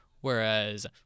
whereas